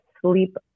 sleep